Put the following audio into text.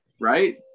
Right